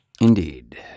Indeed